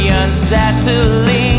unsettling